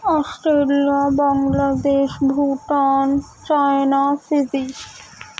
Australia Bangladesh Bhutan China Fazey